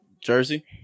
jersey